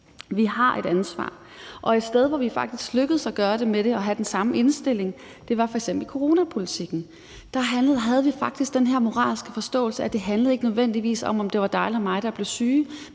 Vi har et ansvar. Og et sted, hvor vi faktisk er lykkedes med at gøre det og have den samme indstilling, var f.eks. i coronapolitikken. Der havde vi faktisk den her moralske forståelse af, at det ikke nødvendigvis handlede om, om det var dig eller mig, der blev syg,